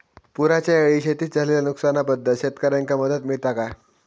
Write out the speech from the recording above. पुराच्यायेळी शेतीत झालेल्या नुकसनाबद्दल शेतकऱ्यांका मदत मिळता काय?